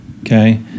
okay